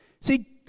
See